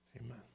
Amen